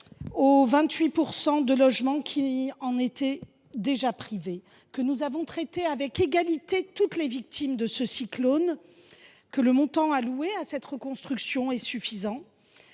aux 28 % de logements qui en étaient déjà privés ? Que nous avons traité avec égalité toutes les victimes de ce cyclone ? Que le montant alloué à cette reconstruction est suffisant